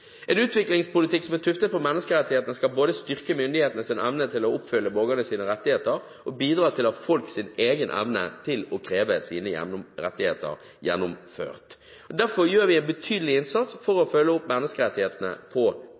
En utviklingspolitikk som er tuftet på menneskerettighetene skal både styrke myndighetenes evne til å oppfylle borgernes rettigheter og bidra til folks egen evne til å kreve sine rettigheter gjennomført. Derfor gjør vi en betydelig innsats for å følge opp menneskerettighetene på